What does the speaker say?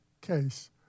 case